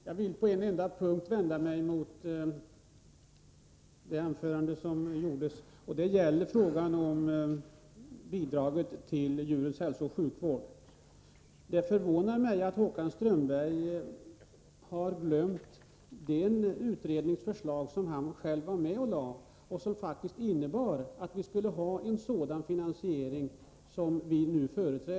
Herr talman! Jag vill på en enda punkt vända mig emot det Håkan Strömberg sade i sitt anförande. Det gäller bidraget till djurens hälsooch sjukvård. Det förvånar mig att Håkan Strömberg har glömt det utrednings förslag som han själv var med om att lägga fram och som faktiskt innebar att vi skulle ha en sådan finansiering som vi nu föreslår.